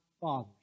Father's